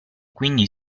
quindi